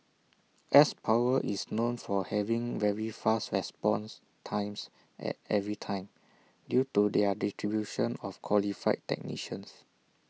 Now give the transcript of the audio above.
S power is known for having very fast response times at every time due to their distribution of qualified technicians